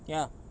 ya